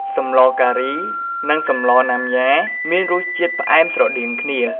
សម្លរការីនិងសម្លណាំយ៉ា មានរសជាតិផ្អែមស្រដៀងគ្នា។